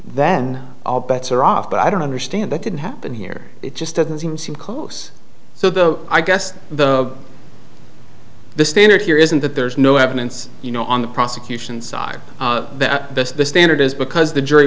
then all bets are off but i don't understand that didn't happen here it just doesn't seem seem close so though i guess the the standard here isn't that there's no evidence you know on the prosecution's side that this the standard is because the jury